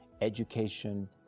education